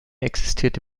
existierte